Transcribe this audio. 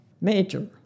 major